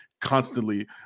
constantly